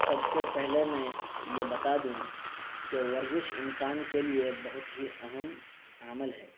سب سے پہلے میں یہ بتا دوں کہ ورزش انسان کے لیے بہت ہی اہم عمل ہے